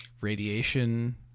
radiation